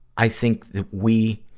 i think that we